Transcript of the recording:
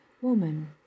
woman